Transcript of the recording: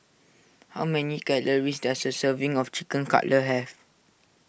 how many calories does a serving of Chicken Cutlet have